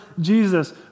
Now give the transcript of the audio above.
Jesus